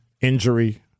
injury